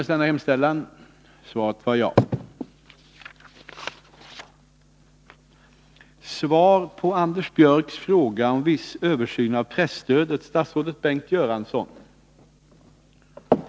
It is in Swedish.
Mot denna bakgrund vill jag fråga statsrådet Bengt Göransson om han avser att göra den här aktuella översynen parlamentarisk eller om han på annat sätt avser låta riksdagspartierna få möjlighet att påverka översynen på utredningsstadiet.